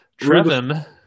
Trevin